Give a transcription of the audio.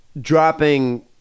dropping